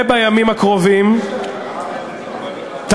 מתקיים תרגיל משותף בנגב,